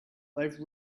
life